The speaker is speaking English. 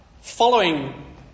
following